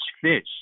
fish